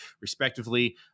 respectively